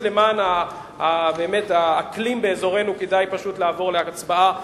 למען האקלים באזורנו כדאי לעבור להצבעה,